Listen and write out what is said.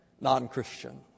non-Christian